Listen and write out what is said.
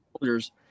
soldiers